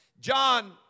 John